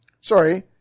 Sorry